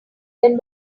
then